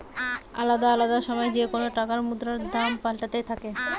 আলদা আলদা সময় যেকোন টাকার মুদ্রার দাম পাল্টাতে থাকে